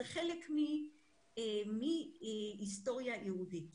זה חלק מהיסטוריה יהודית.